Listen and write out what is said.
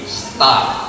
stop